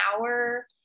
hour